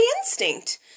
instinct